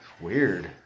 Weird